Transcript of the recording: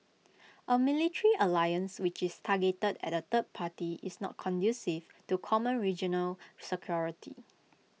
A military alliance which is targeted at A third party is not conducive to common regional security